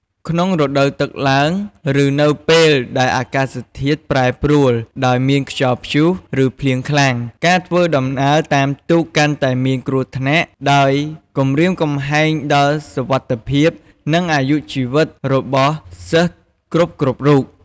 ក្នុងរដូវទឹកឡើង ឬនៅពេលដែលអាកាសធាតុប្រែប្រួលដោយមានខ្យល់ព្យុះ ឬភ្លៀងខ្លាំង ការធ្វើដំណើរតាមទូកកាន់តែមានគ្រោះថ្នាក់ ដោយគំរាមកំហែងដល់សុវត្ថិភាព និងអាយុជីវិតរបស់សិស្សគ្រប់ៗរូប។